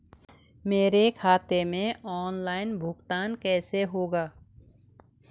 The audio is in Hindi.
मेरे खाते में ऑनलाइन भुगतान कैसे होगा?